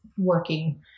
Working